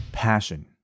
passion